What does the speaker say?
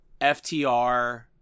FTR